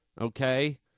okay